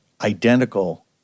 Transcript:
identical